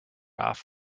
off